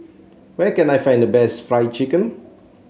where can I find the best Fried Chicken